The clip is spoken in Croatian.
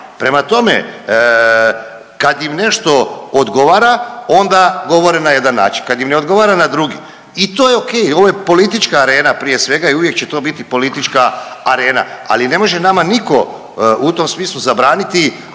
Prema tome kad im nešto odgovara onda govore na jedan način, kad im ne odgovara na drugi i to je okej, ovo je politička arena prije svega i uvijek će to biti politička arena, ali ne može nama niko u tom smislu zabraniti